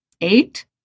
eight